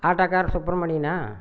ஆட்டோக்காரர் சுப்ரமணியனா